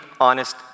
honest